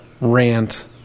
rant